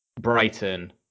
Brighton